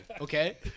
okay